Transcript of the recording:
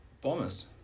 Bombers